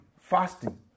fasting